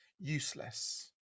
useless